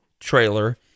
trailer